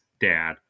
Dad